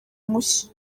mushya